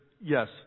yes